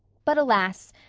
but alas,